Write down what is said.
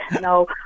no